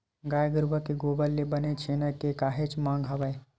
गाय गरुवा के गोबर ले बने छेना के काहेच मांग हवय